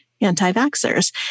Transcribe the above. anti-vaxxers